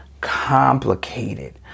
complicated